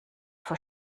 vor